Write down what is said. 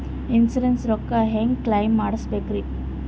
Insurance ರೊಕ್ಕ ಹೆಂಗ claim ಮಾಡ್ಬೇಕ್ರಿ?